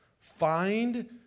Find